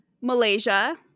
Malaysia